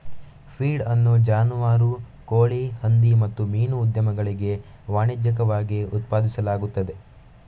feed ಅನ್ನು ಜಾನುವಾರು, ಕೋಳಿ, ಹಂದಿ ಮತ್ತು ಮೀನು ಉದ್ಯಮಗಳಿಗೆ ವಾಣಿಜ್ಯಿಕವಾಗಿ ಉತ್ಪಾದಿಸಲಾಗುತ್ತದೆ